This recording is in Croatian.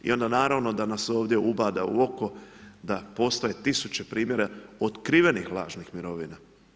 I onda naravno da nas ovdje ubada u oko da postoje tisuće primjera otkrivenih lažnih mirovina.